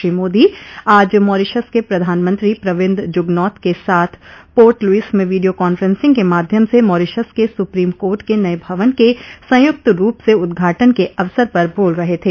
श्री मोदी आज मॉरीशस के प्रधानमंत्री प्रविन्द जुगनॉथ के साथ पोर्ट लुइस में वीडियो कांफ्रेसिंग के माध्यम से मॉरीशस के सुप्रीम कोर्ट के नये भवन के संयुक्त रूप से उद्घाटन के अवसर पर बोल रहे थे